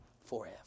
forever